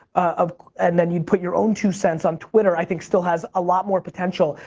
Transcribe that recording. um and then you'd put your own two cents on twitter, i think still has a lot more potential.